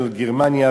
של גרמניה,